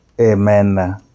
Amen